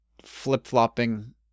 flip-flopping